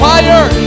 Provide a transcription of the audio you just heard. fire